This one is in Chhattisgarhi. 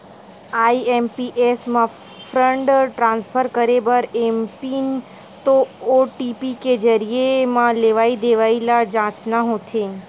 आई.एम.पी.एस म फंड ट्रांसफर करे बर एमपिन ते ओ.टी.पी के जरिए म लेवइ देवइ ल जांचना होथे